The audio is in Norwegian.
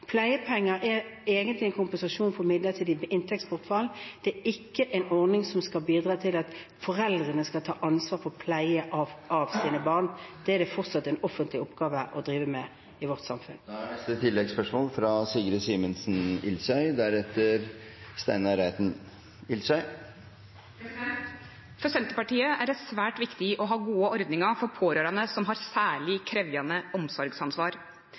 Pleiepenger er egentlig en kompensasjon for midlertidig inntektsbortfall, ikke en ordning som skal bidra til at foreldrene skal ta ansvar for pleie av sine barn – det er fortsatt en offentlig oppgave i vårt samfunn. Sigrid Simensen Ilsøy – til oppfølgingsspørsmål. For Senterpartiet er det svært viktig å ha gode ordningar for pårørande som har særleg krevjande omsorgsansvar.